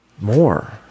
more